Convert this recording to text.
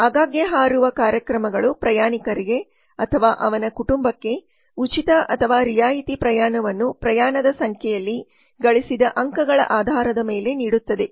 ಆಗಾಗ್ಗೆ ಹಾರುವ ಕಾರ್ಯಕ್ರಮಗಳು ಪ್ರಯಾಣಿಕರಿಗೆ ಅಥವಾ ಅವನ ಕುಟುಂಬಕ್ಕೆ ಉಚಿತ ಅಥವಾ ರಿಯಾಯಿತಿ ಪ್ರಯಾಣವನ್ನು ಪ್ರಯಾಣದ ಸಂಖ್ಯೆಯಲ್ಲಿ ಗಳಿಸಿದ ಅಂಕಗಳ ಆಧಾರದ ಮೇಲೆ ನೀಡುತ್ತದೆ